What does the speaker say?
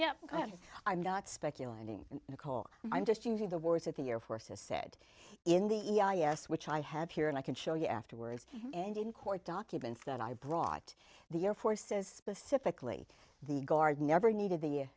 know i'm not speculating in a call i'm just using the words of the air force has said in the e i a s which i have here and i can show you afterwards and in court documents that i brought the air force says specifically the guard never needed the